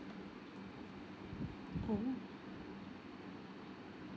oh